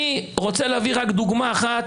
אני רוצה להביא רק דוגמה אחת,